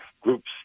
groups